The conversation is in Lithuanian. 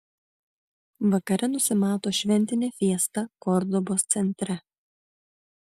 vakare nusimato šventinė fiesta kordobos centre